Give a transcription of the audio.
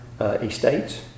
estates